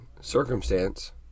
circumstance